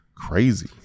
crazy